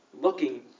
looking